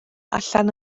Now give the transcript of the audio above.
allan